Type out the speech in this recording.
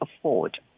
afford